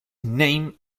named